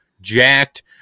jacked